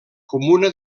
comuna